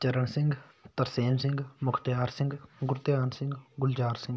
Charan Singh Tarsem Singh Mukhtiar Singh Gurdhian Singh Gulzar Singh